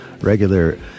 regular